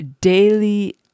daily